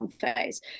phase